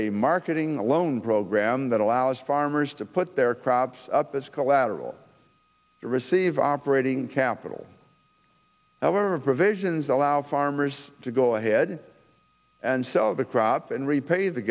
a marketing loan program that allows farmers to put their crops up as collateral to receive operating capital however of provisions allow farmers to go ahead and sell the crop and repay the